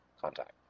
contact